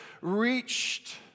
reached